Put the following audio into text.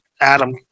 Adam